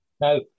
Now